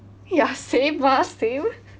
ya same ah same